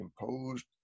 imposed